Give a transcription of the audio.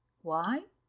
why?